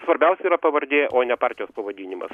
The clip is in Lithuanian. svarbiausia yra pavardė o ne partijos pavadinimas